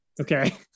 Okay